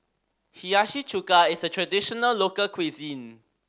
Hiyashi Chuka is a traditional local cuisine